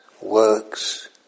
works